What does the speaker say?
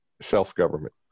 self-government